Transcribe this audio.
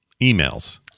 emails